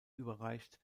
überreicht